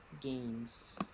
games